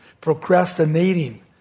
procrastinating